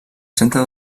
centre